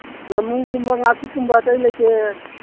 ꯉꯃꯨꯒꯨꯝꯕ ꯉꯥꯆꯤꯛꯀꯨꯝꯕ ꯑꯇꯩ ꯂꯩꯇꯦ